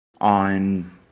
on